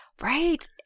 Right